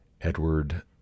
Edward